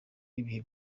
ibihe